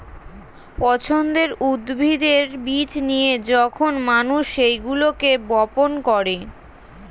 পছন্দের উদ্ভিদের বীজ নিয়ে যখন মানুষ সেগুলোকে বপন করে